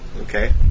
Okay